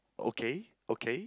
okay okay